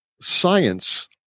science